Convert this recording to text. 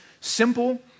simple